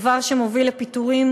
דבר שמוביל לפיטורים,